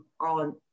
on